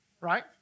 right